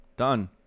Done